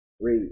Read